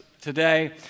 today